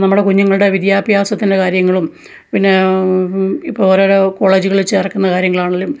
നമ്മുടെ കുഞ്ഞുങ്ങളുടെ വിദ്യാഭ്യാസത്തിൻ്റെ കാര്യങ്ങളും പിന്നെ ഇപ്പോൾ ഓരോരോ കോളേജുകളിൽ ചേർക്കുന്ന കാര്യങ്ങളാണേലും